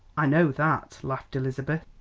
i know that, laughed elizabeth.